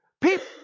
People